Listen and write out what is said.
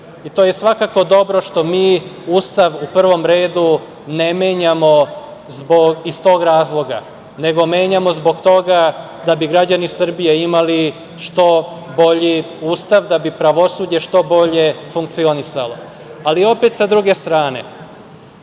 To je svakako dobro što mi Ustav u prvom redu ne menjamo iz tog razloga, nego menjamo zbog toga da bi građani Srbije imali što bolji Ustav, da bi pravosuđe što bolje funkcionisalo. Sa druge strane,